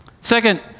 Second